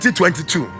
2022